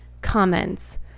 comments